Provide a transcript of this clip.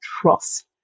trust